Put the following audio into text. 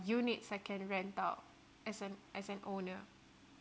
units I can rent out as an as an owner